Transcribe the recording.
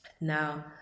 now